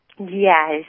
Yes